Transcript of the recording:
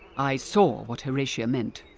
i saw what horatia meant.